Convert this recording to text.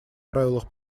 правилах